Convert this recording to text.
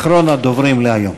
אחרון הדוברים להיום.